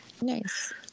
nice